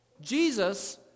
Jesus